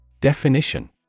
Definition